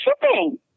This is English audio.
shipping